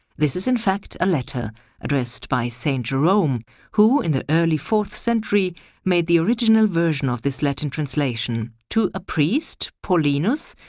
this is in fact a letter addressed by saint jerome who in the early fourth century made the original version of this latin translation to a priest, paulinus,